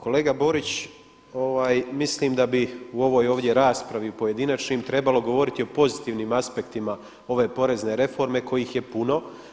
Kolega Borić mislim da bih u ovoj ovdje raspravi u pojedinačnim trebalo govoriti o pozitivnim aspektima ove porezne reforme kojih je puno.